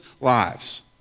lives